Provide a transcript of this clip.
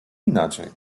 inaczej